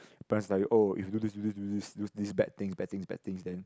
parents like you oh if you do this do this do this bad things bad things bad things then